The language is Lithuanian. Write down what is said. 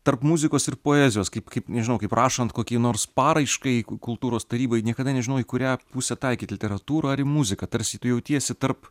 tarp muzikos ir poezijos kaip kaip nežinau kaip rašant kokiai nors paraiškai kultūros tarybai niekada nežinau į kurią pusę taikyt literatūrą ar į muziką tarsi tu jautiesi tarp